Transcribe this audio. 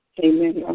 amen